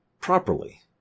properly